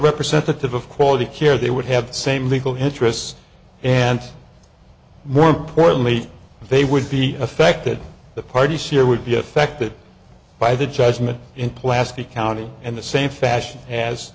representative of quality care they would have the same legal interests and more importantly they would be affected the parties here would be affected by the judgement in plastique county and the same fashion as